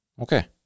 Okay